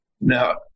Now